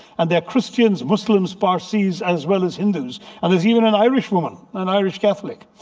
and they're christians. muslims. parsis. as well as hindus. and there's even an irish woman. an irish catholic,